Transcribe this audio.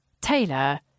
Taylor